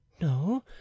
no